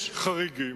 יש חריגים.